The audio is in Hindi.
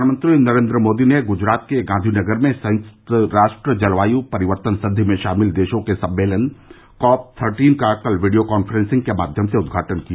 प्रधानमंत्री नरेन्द्र मोदी ने गुजरात के गांधीनगर में संयुक्त राष्ट्र जलवायु परिवर्तन संधि में शामिल देशों के सम्मेलन कॉप थर्टीन का कल वीडियो कान्फ्रेंसिंग के माध्यम से उद्घाटन किया